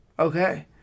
Okay